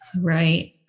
Right